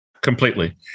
Completely